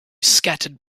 scattered